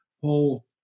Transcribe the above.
whole